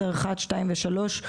אחד שתיים ושלוש,